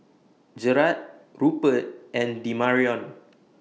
Gerard Rupert and Demarion